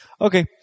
okay